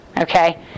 Okay